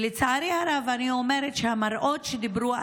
לצערי הרב, אני אומרת שהמראות שדיברו עליהם,